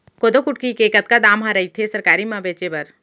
कोदो कुटकी के कतका दाम ह रइथे सरकारी म बेचे बर?